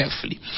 carefully